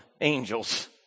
angels